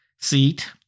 seat